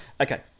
Okay